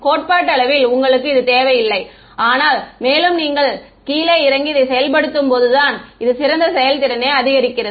கோட்பாட்டளவில் உங்களுக்கு இது தேவையில்லை ஆனால் மேலும் நீங்கள் கீழே இறங்கி இதை செயல்படுத்தும் போதுதான் இது சிறந்த செயல்திறனை அளிக்கிறது